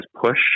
push